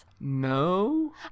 No